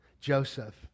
Joseph